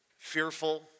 fearful